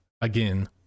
again